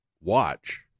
watch